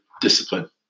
discipline